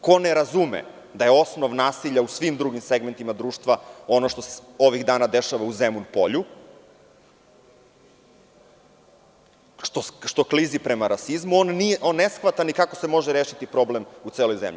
Ko ne razume da je osnov nasilja u svim drugim segmentima društva ono što se ovih dana dešava u Zemun polju, što klizi prema rasizmu, on ne shvata ni kako se može rešiti problem u celoj zemlji.